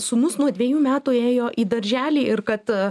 sūnus nuo dviejų metų ėjo į darželį ir kad